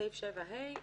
סעיף 7(ה)